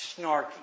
snarky